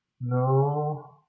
No